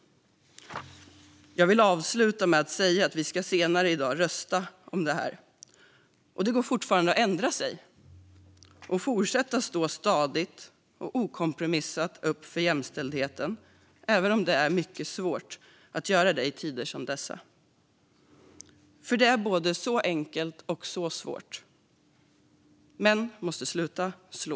Jag vill avsluta med att säga att vi senare i dag ska rösta om detta och att det fortfarande går att ändra sig. Det går att fortsätta att stadigt och utan kompromisser stå upp för jämställdheten även om det är mycket svårt att göra det i tider som dessa. Det är nämligen både så enkelt och så svårt: Män måste sluta slå.